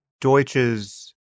Deutsch's